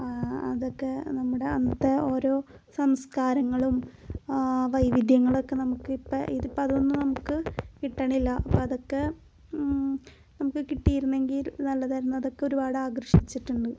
അതക്കെ നമ്മുടെ അന്നത്തെ ഓരോ സംസ്കാരങ്ങളും വൈവിധ്യങ്ങളക്കെ നമുക്ക് ഇപ്പം ഇതിപ്പം അതൊന്നും നമുക്ക് കിട്ടണില്ല അപ്പം അതക്കെ നമുക്ക് കിട്ടീരുന്നെങ്കിൽ നല്ലതായിരുന്നു അതക്കെ ഒരുപാട് ആകർഷിച്ചിട്ടുണ്ട്